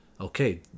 Okay